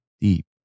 deep